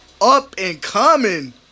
up-and-coming